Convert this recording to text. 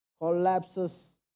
collapses